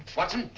watson,